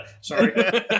Sorry